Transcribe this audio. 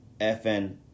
FN